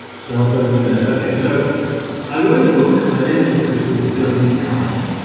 cellphone roulette. okay, so i wrote a book. my latest book is called go be kind.